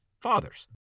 fathers